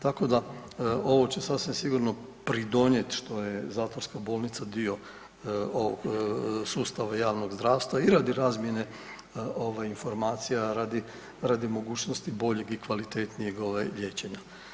Tako da ovo će sasvim sigurno pridonijeti što je zatvorska bolnica dio sustava javnog zdravstva i radi razmjene informacija, radi mogućnosti boljeg i kvalitetnijeg liječenja.